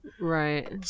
Right